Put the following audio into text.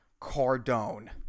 Cardone